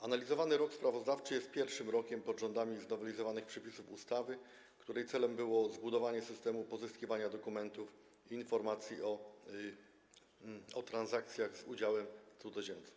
Analizowany rok sprawozdawczy jest pierwszym rokiem pod rządami znowelizowanych przepisów ustawy, której celem było zbudowanie systemu pozyskiwania dokumentów i informacji o transakcjach z udziałem cudzoziemców.